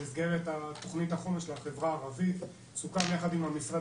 במסגרת תוכנית החומש לחברה הערבית סוכם יחד עם המשרד